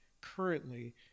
currently